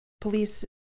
police